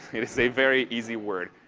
it's a very easy word.